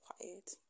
quiet